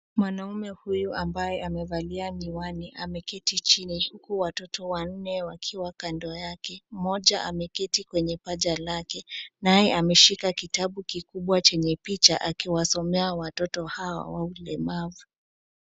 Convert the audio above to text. Mwanaume huyu ambaye amevalia miwani ameketi chini huku watoto wanne wakiwa kando yakeMmoja ameketi kwenye paja Lake. Naye ameshika kitabu kikubwa chenye picha akiwasomea watoto hawa walemavu.